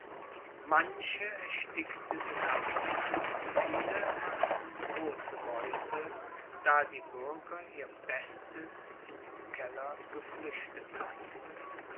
manche erstickte der dampf viele machten große beute da die bürger ihr bestes in die keller geflüchtet hatten